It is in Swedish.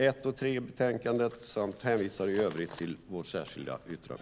1 och 3 i betänkandet samt hänvisar i övrigt till vårt särskilda yttrande.